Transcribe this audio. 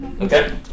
Okay